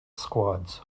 squads